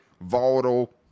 volatile